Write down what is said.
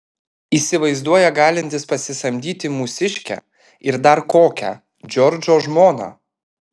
įsivaizduoja galintis pasisamdyti mūsiškę ir dar kokią džordžo žmoną